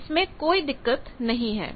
इसमें कोई दिक्कत नहीं है